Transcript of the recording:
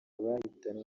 bahitanwe